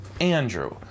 Andrew